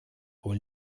wohl